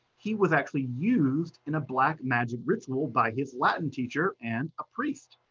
he was actually used in a black magic ritual by his latin teacher and a priest.